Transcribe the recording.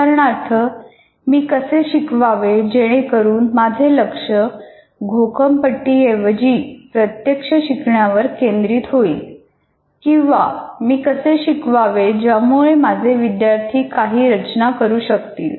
उदाहरणार्थ मी कसे शिकवावे जेणेकरून माझे लक्ष घोकंपट्टी ऐवजी प्रत्यक्ष शिकण्यावर केंद्रित होईल किंवा मी कसे शिकवावे ज्यामुळे माझे विद्यार्थी काही रचना करू शकतील